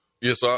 Yes